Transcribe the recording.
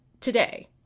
today